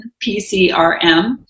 PCRM